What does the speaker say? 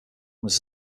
was